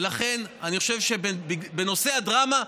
ולכן, אני חושב שבנושא הדרמה,